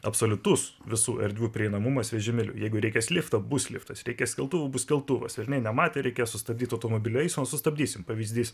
absoliutus visų erdvių prieinamumas vežimėliu jeigu reikės lifto bus liftas reikės keltuvų bus keltuvas velniai nematė reikės sustabdyt automobilių eismą sustabdysim pavyzdys